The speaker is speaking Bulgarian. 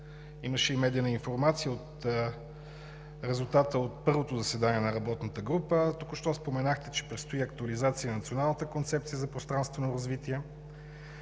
имаше и медийна информация за резултата от първото заседание на работната група, а току-що споменахте, че предстои и актуализация на Националната концепция за пространствено развитие.